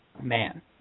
man